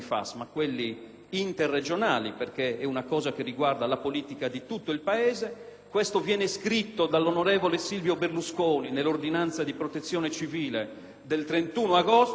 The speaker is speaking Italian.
Questo viene scritto dall'onorevole Silvio Berlusconi nell'ordinanza di protezione civile del 31 agosto; il 23 ottobre Berlusconi smentisce se stesso, toglie i fondi